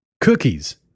cookies